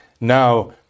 now